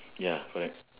ya correct